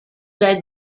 led